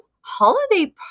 holiday